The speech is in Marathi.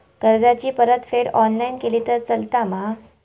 कर्जाची परतफेड ऑनलाइन केली तरी चलता मा?